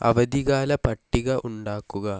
അവധികാല പട്ടിക ഉണ്ടാക്കുക